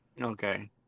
Okay